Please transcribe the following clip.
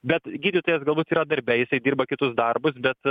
bet gydytojas galbūt yra darbe jisai dirba kitus darbus bet